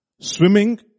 Swimming